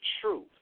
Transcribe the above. truth